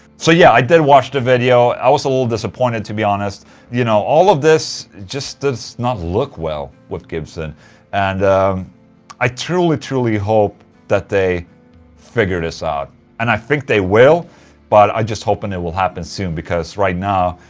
so yeah, i did watch the video, i was a little disappointed to be honest you know, all of this just does not look well with gibson and i truly truly hope that they figure this out and i think they will but i just hope and it will happen soon, because right now.